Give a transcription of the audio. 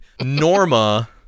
Norma